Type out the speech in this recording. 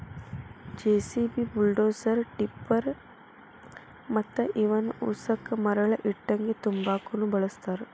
JCB, bulldozer, tipper ಮತ್ತ ಇವನ್ ಉಸಕ ಮರಳ ಇಟ್ಟಂಗಿ ತುಂಬಾಕುನು ಬಳಸ್ತಾರ